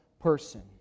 person